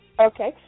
Okay